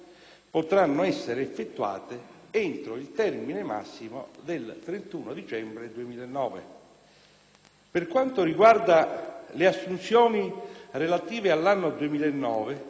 potranno essere effettuate entro il termine massimo del 31 dicembre 2009. Per quanto riguarda le assunzioni relative all'anno 2009,